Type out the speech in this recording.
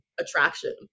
attraction